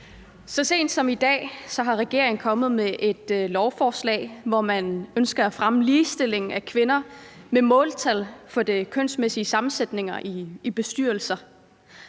Så sent som i dag er regeringen kommet med et lovforslag, hvor man ønsker at fremme ligestilling af kvinder ved brug af måltal for de kønsmæssige sammensætninger i bestyrelser.